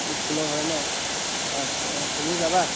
ইস্কুলৰ হয় নহ্ আচ্ছা তুমি যাবা